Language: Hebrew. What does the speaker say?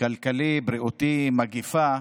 כלכלי בריאותי, מגפה,